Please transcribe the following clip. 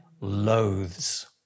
loathes